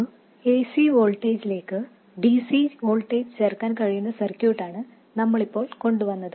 ഒരു ac വോൾട്ടേജിലേക്ക് dc voltage ചേർക്കാൻ കഴിയുന്ന സർക്യൂട്ടാണ് നമ്മൾ ഇപ്പോൾ കൊണ്ടുവന്നത്